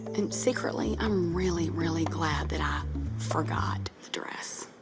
and secretly, i'm really, really glad that i forgot the dress.